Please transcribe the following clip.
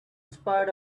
spite